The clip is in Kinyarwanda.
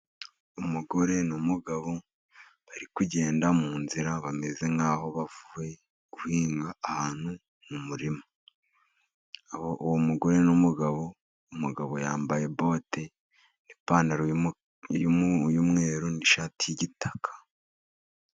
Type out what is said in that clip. Umugore n'umugabo bari kugenda mu nzira, bameze nk'aho bavuye guhinga ahantu mu murima. Uwo mugore n'umugabo, umugabo yambaye bote n'ipantaro y'umweru n'ishati y'igitaka.